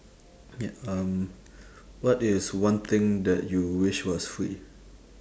ya um what is one thing that you wish was free